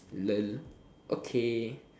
lol okay